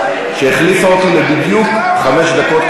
שהחליפה אותי בדיוק לחמש דקות,